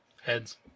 Heads